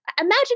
imagine